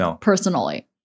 personally